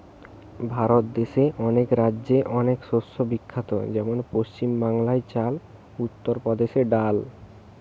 ভারত দেশে অনেক রাজ্যে অনেক শস্য বিখ্যাত যেমন পশ্চিম বাংলায় চাল, উত্তর প্রদেশে ডাল